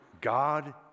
God